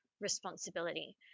responsibility